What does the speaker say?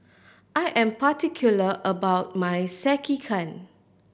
I am particular about my Sekihan